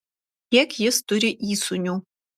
kiek jis turi įsūnių